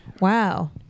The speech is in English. Wow